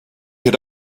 had